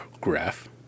graph